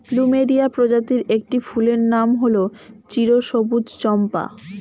plumeria প্রজাতির একটি ফুলের নাম হল চিরসবুজ চম্পা